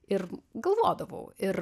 ir galvodavau ir